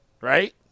right